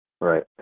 Right